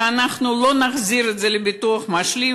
שאנחנו לא נחזיר את זה לביטוח המשלים